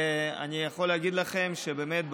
אני יכול להגיד לכם שבאמת,